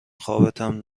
خوابتم